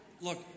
Look